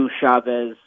Chavez